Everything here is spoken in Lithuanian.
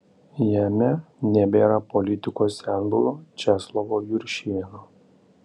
jame nebėra politikos senbuvio česlovo juršėno